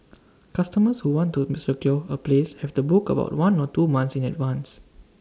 customers who want to secure A place have to book about one or two months in advance